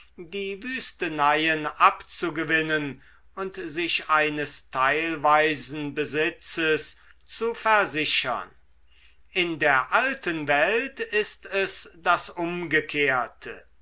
die wüsteneien abzugewinnen und sich eines teilweisen besitzes zu versichern in der alten welt ist es das umgekehrte